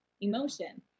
emotion